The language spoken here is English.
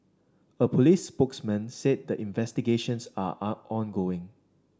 a police spokesman said the investigations are on ongoing